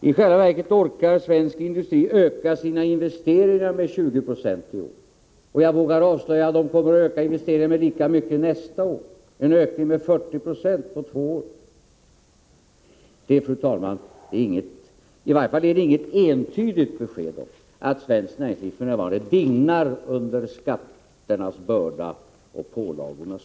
I själva verket orkar svensk industri öka sina investeringar med 20 9 i år. Jag vågar avslöja att de kommer att öka sina investeringar lika mycket nästa år — en 40-procentig ökning alltså på två år. Det är, fru talman, i varje fall inget entydigt besked om att svenskt näringsliv f. n. dignar under skatternas börda och pålagornas